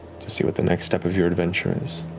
to see what the next step of your adventure is.